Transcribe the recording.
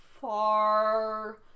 far